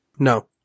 No